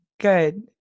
good